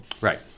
Right